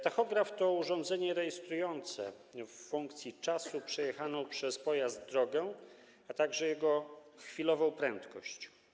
Tachograf to urządzenie rejestrujące w funkcji czasu przejechaną przez pojazd drogę, a także jego chwilową prędkość.